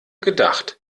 gedacht